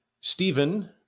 Stephen